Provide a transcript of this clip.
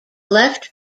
left